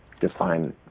define